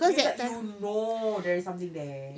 you got you know there is something there